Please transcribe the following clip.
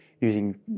using